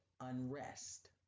unrest